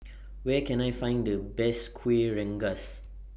Where Can I Find The Best Kuih Rengas